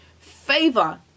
favor